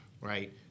right